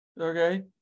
okay